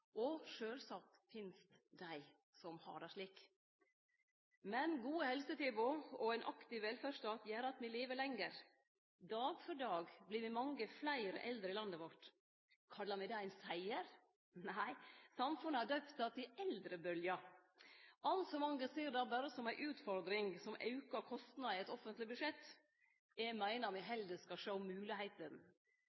og sjølvsagt finst dei som har det slik. Men gode helsetilbod og ein aktiv velferdsstat gjer at me lever lenger. Dag for dag vert me mange fleire eldre i landet vårt. Kallar me det ein siger? Nei. Samfunnet har døypt det «eldrebølgja». Altfor mange ser det berre som ei utfordring, som auka kostnader i eit offentleg budsjett. Eg meiner me